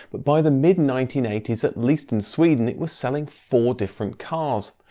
but by the mid nineteen eighty s, at least in sweden, it was selling four different cars.